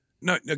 No